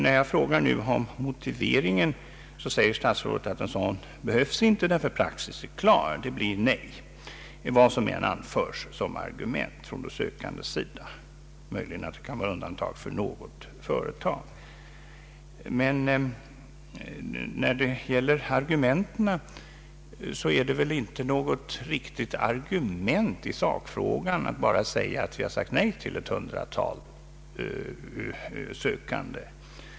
När jag nu frågar om motiveringen svarar statsrådet att någon sådan inte behövs, eftersom praxis är klar. Svaret blir nej, vad som än anförs såsom argument från den sökande. Möjligen har undantag kunnat ske för något företag. Men det är väl inte något riktigt argument i sakfrågan att bara framhålla att regeringen har sagt nej till ett 100-tal sökande.